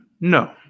No